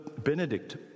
Benedict